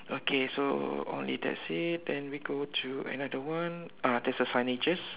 okay so only that's it then we go to another one uh there's a signages